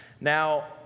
Now